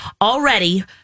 Already